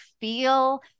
feel